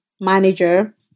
manager